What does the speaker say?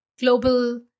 global